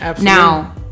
Now